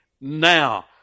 now